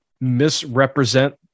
misrepresent